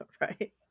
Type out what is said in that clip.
Right